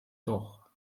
doch